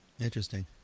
Interesting